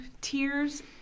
tears